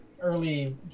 early